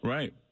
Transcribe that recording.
Right